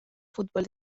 fútbol